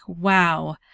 wow